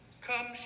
Come